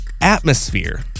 Atmosphere